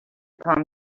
palm